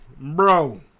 bro